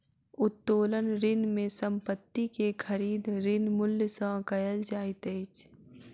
उत्तोलन ऋण में संपत्ति के खरीद, ऋण मूल्य सॅ कयल जाइत अछि